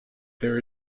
there